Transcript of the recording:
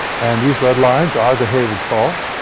and these red lines are the hayward fault.